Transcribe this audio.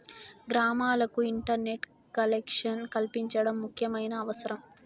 గ్రామాలకు internet collection కల్పించడం ముఖ్యమైన అవసరం